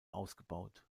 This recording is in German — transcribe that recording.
ausgebaut